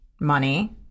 money